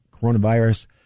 coronavirus